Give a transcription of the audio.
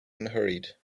unhurried